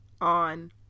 on